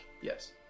Yes